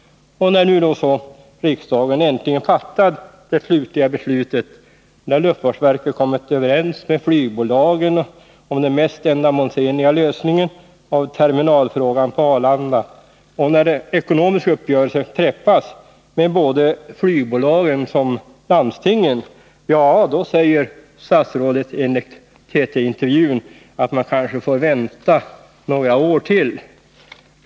När nu riksdagen äntligen fattar det slutgiltiga beslutet, när luftfartsverket kommit överens med flygbolagen om den mest ändamålsenliga lösningen av terminalfrågan på Arlanda och när en ekonomisk uppgörelse träffas med både flygbolagen och landstingen — då säger statsrådet enligt TT-intervjun att man kanske får vänta några år till.